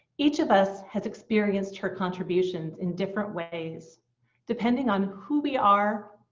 each of us has experienced her contributions in different ways depending on who we are,